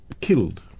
killed